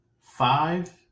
five